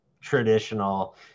traditional